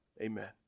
Amen